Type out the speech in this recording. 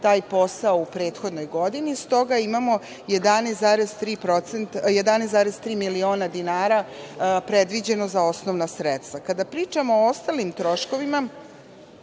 taj posao u prethodnoj godini, stoga imamo 11,3 miliona dinara predviđeno za osnovna sredstva. Kada pričamo o ostalim troškovima